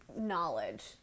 knowledge